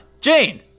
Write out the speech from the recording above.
Jane